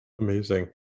Amazing